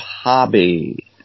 hobby